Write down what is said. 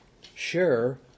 sure